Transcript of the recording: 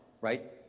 right